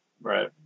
Right